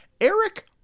Eric